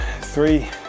Three